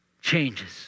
changes